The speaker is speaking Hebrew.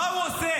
מה הוא עושה?